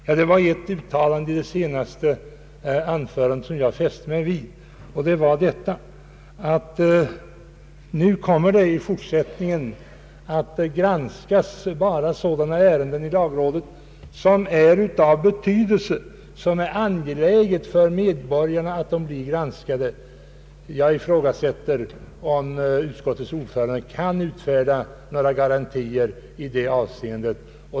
Jag fäste mig vid ett uttalande i herr Georg Petterssons senaste anförande, nämligen att i fortsättningen kommer att granskas bara sådana ärenden i lag rådet som är av betydelse och vilkas granskning är angelägen för medborgarna. Jag ifrågasätter bestämt om utskottets ordförande kan utfärda några garantier i detta avseende.